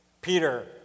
Peter